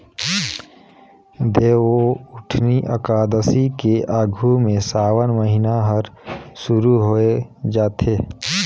देवउठनी अकादसी के आघू में सावन महिना हर सुरु होवे जाथे